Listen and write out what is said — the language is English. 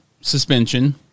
suspension